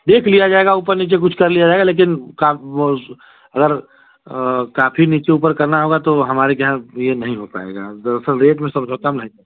देख लिया जाएगा ऊपर नीचे कुछ कर लिया जाएगा लेकिन काम वह अगर काफ़ी नीचे ऊपर करना होगा तो हमारे यहाँ यह नहीं हो पाएगा दरअसल रेट में सबसे कम है